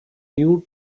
new